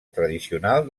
tradicional